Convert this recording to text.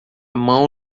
mão